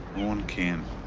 own kin.